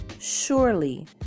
surely